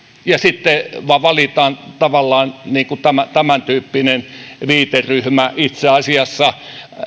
ja sitten valitaan tavallaan niin kuin tämäntyyppinen viiteryhmä itse asiassa